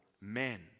men